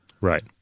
Right